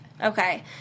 Okay